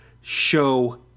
show